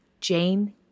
Jane